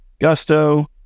Gusto